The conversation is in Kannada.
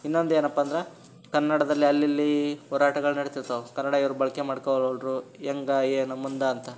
ಇನ್ನೊಂದು ಏನಪ್ಪ ಅಂದ್ರೆ ಕನ್ನಡದಲ್ಲಿ ಅಲ್ಲಿಲ್ಲೀ ಹೋರಾಟಗಳು ನಡೀತಿರ್ತಾವ್ ಕನ್ನಡ ಇವರು ಬಳಕೆ ಮಾಡ್ಕೊಳೊಲ್ರು ಹೇಗೆ ಏನು ಮುಂದೆ ಅಂತ